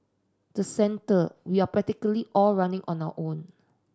the centre we are practically all running on our own